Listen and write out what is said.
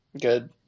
Good